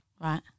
Right